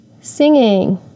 Singing